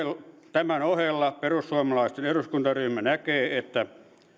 tämän ohella perussuomalaisten eduskuntaryhmä näkee että